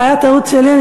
זאת הייתה טעות שלי.